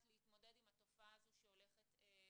להתמודד עם התופעה הזאת שהולכת ומתרחבת.